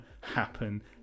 happen